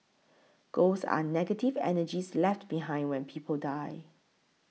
ghosts are negative energies left behind when people die